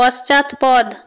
পশ্চাৎপদ